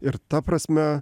ir ta prasme